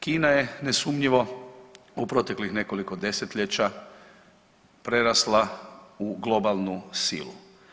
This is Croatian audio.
Kina je nesumnjivo u proteklih nekoliko 10-ljeća prerasla u globalnu silu.